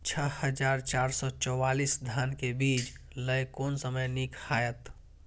छः हजार चार सौ चव्वालीस धान के बीज लय कोन समय निक हायत?